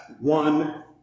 one